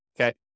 okay